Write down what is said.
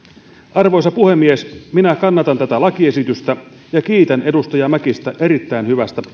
arvoisa puhemies minä kannatan tätä lakiesitystä ja kiitän edustaja mäkistä erittäin hyvästä